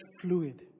fluid